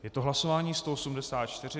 Je to hlasování 184.